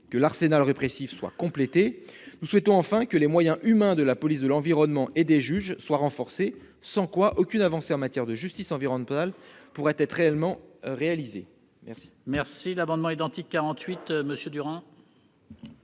que l'arsenal répressif soit complété. Nous souhaitons enfin que les moyens humains de la police de l'environnement et de la justice soient renforcés. Sinon, aucune avancée en matière de justice environnementale ne pourra réellement être réalisée. La